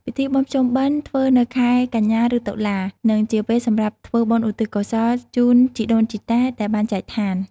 ពិធីបុណ្យភ្ជុំបិណ្ឌធ្វើនៅខែកញ្ញាឬតុលា និងជាពេលសម្រាប់ធ្វើបុណ្យឧទ្ទិសកុសលជូនជីដូនជីតាដែលបានចែកឋាន។